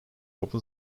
open